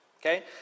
Okay